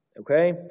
Okay